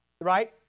right